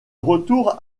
retour